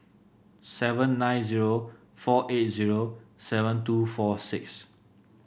seven nine zero four eight zero seven two four six